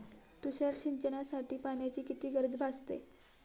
तुषार सिंचनासाठी पाण्याची किती गरज भासते?